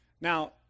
Now